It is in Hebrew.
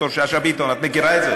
ד"ר שאשא ביטון, את מכירה את זה?